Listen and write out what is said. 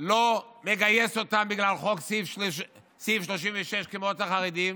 לא מגייס אותם בגלל סעיף 36, כמו את החרדים.